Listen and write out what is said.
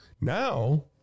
Now